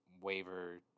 waiver